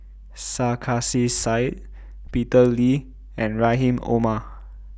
Sarkasi Said Peter Lee and Rahim Omar